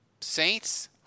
Saints